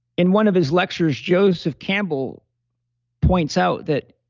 in one of his lectures, joseph campbell points out that